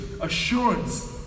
Assurance